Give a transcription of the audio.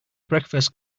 breakfast